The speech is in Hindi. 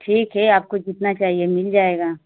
ठीक है आपको जितना चाहिए मिल जाएगा